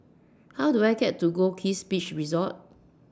How Do I get to Goldkist Beach Resort